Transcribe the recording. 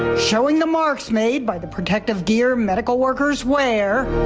showing the marks made by the protective gear medical workers wear.